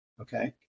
Okay